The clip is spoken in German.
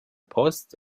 post